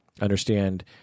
understand